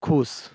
खुश